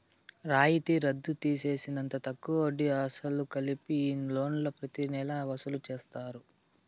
రాయితీ రద్దు తీసేసినంత తక్కువ వడ్డీ, అసలు కలిపి ఈ లోన్లు ప్రతి నెలా వసూలు చేస్తారు